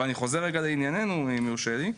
אבל אני חוזר רגע לענייננו, אם יורשה לי.